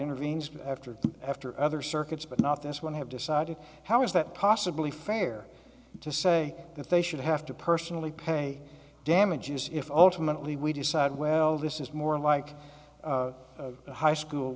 intervenes after after other circuits but not this one have decided how is that possibly fair to say that they should have to personally pay damages if ultimately we decide well this is more like a high school